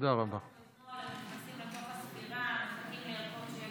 לגבי הערכות,